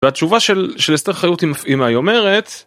התשובה של אסתר חיות היא מפעימה היא אומרת.